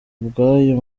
bwayo